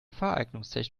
fahreignungstest